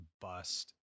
bust